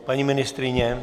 Paní ministryně?